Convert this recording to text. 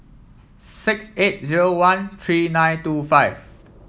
six eight zero one three nine two five